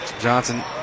Johnson